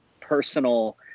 personal